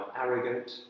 arrogant